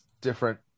different